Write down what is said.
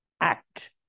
Act